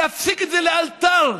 להפסיק את זה לאלתר.